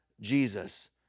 Jesus